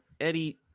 Eddie –